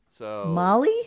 Molly